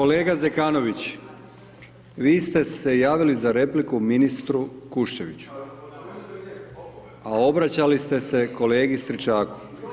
kolega Zekanović, vi ste se javili za repliku ministru Kuščeviću, a obraćali ste se kolegi Stričaku.